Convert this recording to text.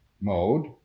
mode